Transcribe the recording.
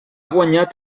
guanyat